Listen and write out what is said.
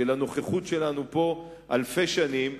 הנוכחות שלנו פה אלפי שנים,